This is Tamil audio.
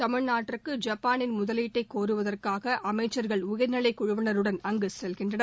தமிழ்நாட்டிற்கு ஐப்பானின் முதலீட்டை கோருவதற்காக இந்த அமைச்சர்கள் உயர்நிலை குழுவினருடன் அங்குச் செல்கின்றனர்